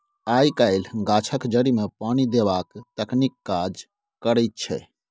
आय काल्हि गाछक जड़िमे पानि देबाक तकनीक काज करैत छै